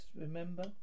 remember